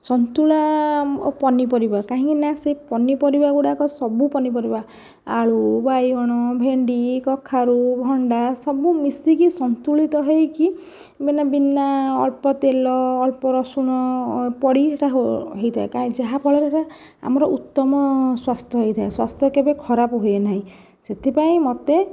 ସନ୍ତୁଳା ଓ ପନିପରିବା କାହିଁକି ନା ସେ ପନିପରିବାଗୁଡ଼ାକ ସବୁ ପନିପରିବା ଆଳୁ ବାଇଗଣ ଭେଣ୍ଡି କଖାରୁ ଭଣ୍ଡା ସବୁ ମିଶିକି ସନ୍ତୁଳିତ ହୋଇକି ମାନେ ବିନା ଅଳ୍ପ ତେଲ ଅଳ୍ପ ରସୁଣ ପଡ଼ି ଏଇଟା ହୋଇଥାଏ ଯାହାଫଳରେ ଆମର ଉତ୍ତମ ସ୍ଵାସ୍ଥ୍ୟ ହୋଇଥାଏ ସ୍ଵାସ୍ଥ୍ୟ କେବେ ଖରାପ ହୁଏ ନାହିଁ ସେଥିପାଇଁ ମୋତେ